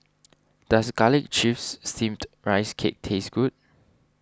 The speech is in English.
does Garlic Chives Steamed Rice Cake taste good